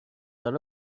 حال